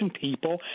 people